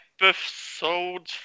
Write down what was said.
episode